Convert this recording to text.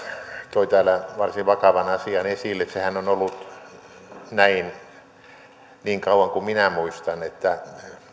toi täällä varsin vakavan asian esille sehän on ollut näin niin kauan kuin minä muistan että